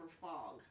fog